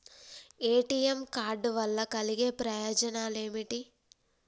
ATM card వల్ల కలిగే ప్రయోజనాలు ఏమిటి?